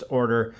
order